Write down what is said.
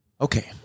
Okay